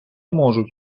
можуть